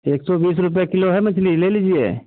एक सौ बीस रुपये किलो है मछली ले लीजिए